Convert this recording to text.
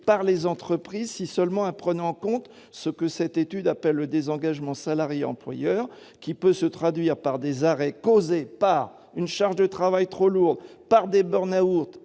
par les entreprises si seulement elles prenaient en compte ce que cette étude appelle le désengagement salarié-employeur, qui peut se traduire par des arrêts causés par une charge de travail trop lourde, par des, par